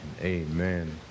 amen